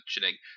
mentioning